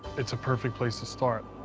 it's a perfect place to start.